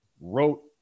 wrote